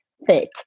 fit